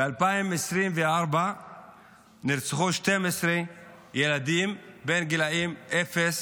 ב-2024 נרצחו 12 ילדים בגיל אפס